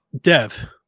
Dev